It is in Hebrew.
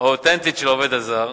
האותנטית של העובד הזר,